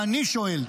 ואני שואל: